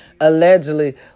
allegedly